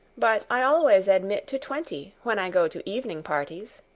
but i always admit to twenty when i go to evening parties.